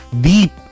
deep